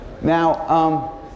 now